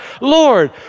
Lord